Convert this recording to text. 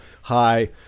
Hi